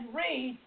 read